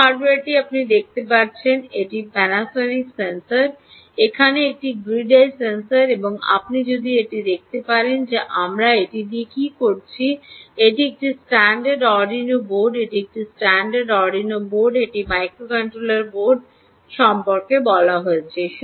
এই হার্ডওয়্যারটি আপনি দেখতে পাচ্ছেন এই প্যানাসোনিক সেন্সরটি এখানে এটি গ্রিড আই সেন্সর এবং আপনি যদি এটি দেখেন যে আমরা এটি দিয়ে কী করেছি এটি একটি স্ট্যান্ডার্ড আরডুইনো বোর্ড এটি একটি স্ট্যান্ডার্ড আরডুইনো বোর্ড এটি মাইক্রোকন্ট্রোলার বোর্ড সম্পর্কে কথা বলা হয়েছে